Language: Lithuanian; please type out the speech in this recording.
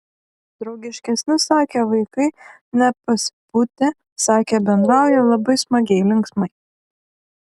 draugiškesni sakė vaikai nepasipūtę sakė bendrauja labai smagiai linksmai